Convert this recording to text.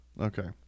okay